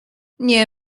nie